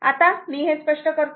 आता मी हे स्पष्ट करतो